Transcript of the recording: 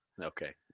Okay